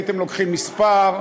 הייתם לוקחים מספר,